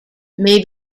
may